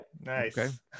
Nice